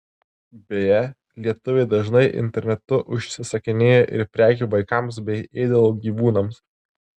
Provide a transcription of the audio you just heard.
beje lietuviai dažnai internetu užsisakinėja ir prekių vaikams bei ėdalo gyvūnams